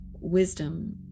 wisdom